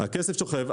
הכסף שוכב,